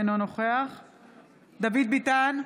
אינו נוכח דוד ביטן,